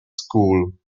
school